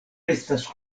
estas